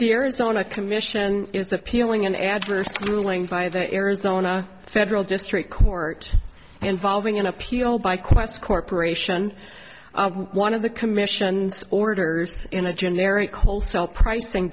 the arizona commission and is appealing an adverse ruling by the arizona federal district court involving an appeal by qwest corporation one of the commission's orders in a generic wholesale pricing